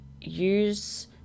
use